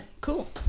cool